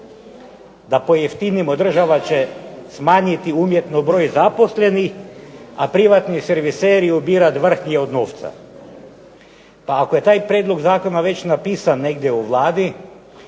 da pojeftinimo, država će smanjiti umjetno broj zaposlenih a privatni serviseri ubirati vrhnje od novaca. Pa ako je taj prijedlog zakona već napisan negdje u Vladi